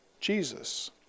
Jesus